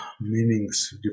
meanings